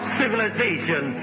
civilization